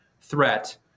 threat